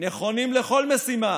נכונים לכל משימה